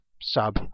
sub